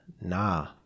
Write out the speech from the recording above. nah